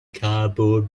cardboard